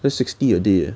that's sixty a day leh